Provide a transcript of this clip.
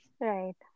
Right